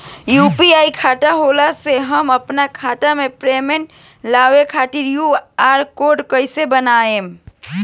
UPI खाता होखला मे हम आपन खाता मे पेमेंट लेवे खातिर क्यू.आर कोड कइसे बनाएम?